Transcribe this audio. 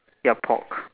ya pork